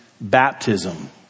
baptism